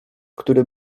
który